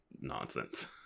nonsense